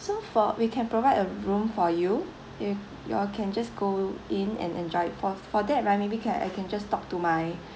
so for we can provide a room for you if you all can just go in and enjoyed for for that right maybe can I can just talk to my